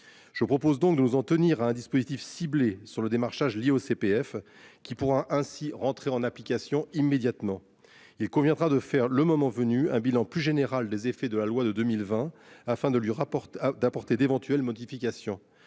Je propose donc nous en tenir à un dispositif ciblé sur le démarchage au CPF qui pourra ainsi rentrer en application immédiatement. Il conviendra de faire le moment venu un bilan plus général des effets de la loi de 2020, afin de lui rapporte d'apporter d'éventuelles modifications.